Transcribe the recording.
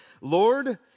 Lord